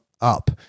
up